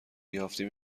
یافتیم